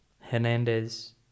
Hernandez